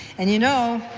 and you know,